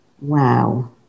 Wow